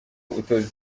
utoza